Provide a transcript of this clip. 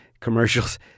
commercials